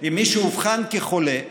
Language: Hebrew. אם מישהו אובחן כחולה וחלה,